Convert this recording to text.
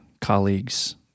colleagues